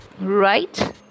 Right